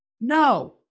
No